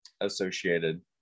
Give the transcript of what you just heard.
associated